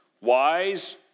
wise